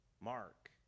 Mark